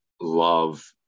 love